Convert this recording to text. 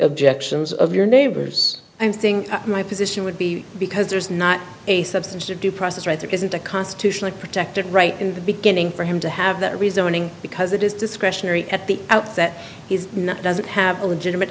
objections of your neighbors i don't think my position would be because there's not a substance to due process rights it isn't a constitutionally protected right in the beginning for him to have that rezoning because it is discretionary at the outset he's not doesn't have a legitimate